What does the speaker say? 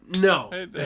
no